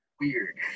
weird